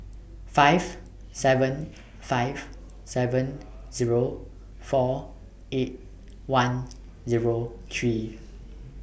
five seven five seven Zero four eight one Zero three